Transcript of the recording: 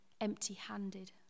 empty-handed